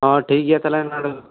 ᱚ ᱴᱷᱤᱠ ᱜᱮᱭᱟ ᱛᱟᱦᱚᱞᱮ ᱚᱱᱟ ᱫᱚ